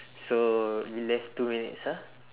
so we left two minutes ah